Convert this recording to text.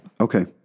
Okay